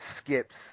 skips